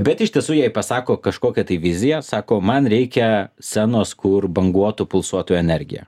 bet iš tiesų jai pasako kažkokią tai viziją sako man reikia scenos kur banguotų pulsuotų energija